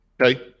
Okay